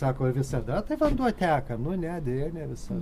sako visada taip vanduo teka nu ne deja ne visada